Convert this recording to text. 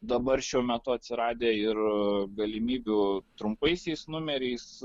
dabar šiuo metu atsiradę ir galimybių trumpaisiais numeriais